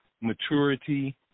maturity